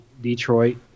Detroit